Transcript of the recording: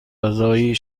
غذایی